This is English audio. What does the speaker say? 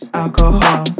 alcohol